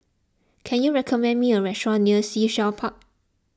can you recommend me a restaurant near Sea Shell Park